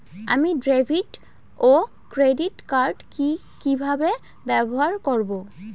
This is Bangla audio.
আমি ডেভিড ও ক্রেডিট কার্ড কি কিভাবে ব্যবহার করব?